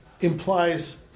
implies